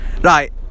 Right